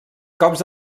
cops